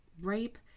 rape